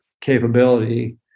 capability